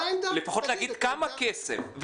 לפחות תגידו כמה כסף,